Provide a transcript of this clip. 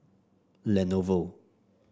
Lenovo